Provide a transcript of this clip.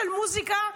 של מוזיקה,